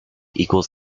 equals